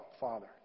Father